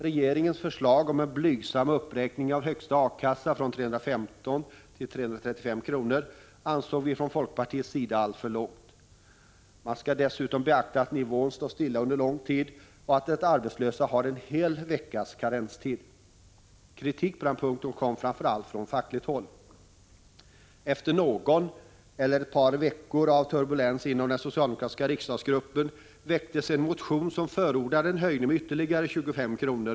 Regeringens förslag om en blygsam uppräkning av högsta A-kasseersättning från 315 till 335 kr. ansåg vi från folkpartiets sida vara alltför låg. Man skall dessutom beakta att ersättningen har legat på samma nivå under lång tid och att de arbetslösa har en hel veckas karenstid. Kritik på den här punkten kom framför allt från fackligt håll. Efter någon eller ett par veckor av turbulens inom den socialdemokratiska riksdagsgruppen väcktes en motion där det förordades en höjning med ytterligare 25 kr.